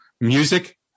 music